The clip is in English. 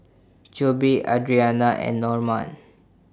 Jobe Adriana and Normand